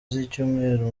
z’icyumweru